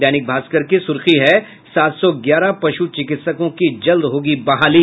दैनिक भास्कर की सुर्खी है सात सौ ग्यारह पशु चिकित्सकों की जल्द होगी बहाली